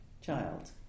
child